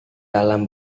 dalam